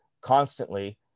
constantly